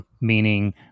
Meaning